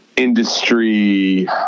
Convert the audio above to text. industry